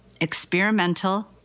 experimental